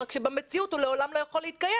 רק שבמציאות הוא לעולם לא יכול להתקיים.